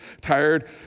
tired